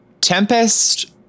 Tempest